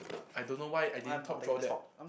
I don't know why I didn't top draw that